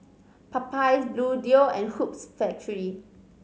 Popeyes Bluedio and Hoops Factory